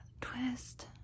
Twist